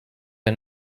der